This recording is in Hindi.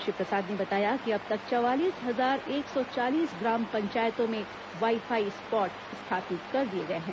श्री प्रसाद ने बताया कि अब तक चवालीस हजार एक सौ चालीस ग्राम पंचायतों में वाई फाई स्पाट स्थापित कर दिए गए हैं